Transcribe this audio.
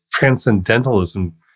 Transcendentalism